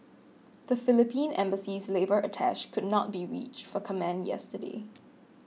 the Philippine Embassy's labour attach could not be reached for comment yesterday